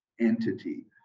entity